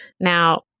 Now